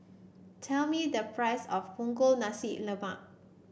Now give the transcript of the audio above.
tell me the price of Punggol Nasi Lemak